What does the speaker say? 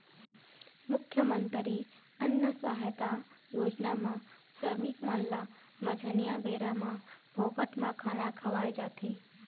मुख्यमंतरी अन्न सहायता योजना म श्रमिक मन ल मंझनिया बेरा म फोकट म खाना खवाए जाथे